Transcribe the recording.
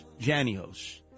Janios